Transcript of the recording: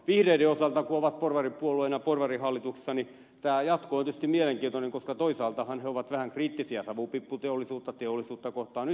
vihreiden osalta kun ovat porvaripuolueena porvarihallituksessa tämä jatko on tietysti mielenkiintoinen koska toisaaltahan he ovat vähän kriittisiä savupiipputeollisuutta teollisuutta kohtaan